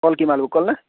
কল কি মালভোগ কল নে